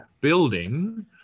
building